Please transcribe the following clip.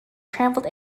traveled